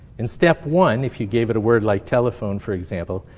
and step one, if you gave it a word like telephone, for example.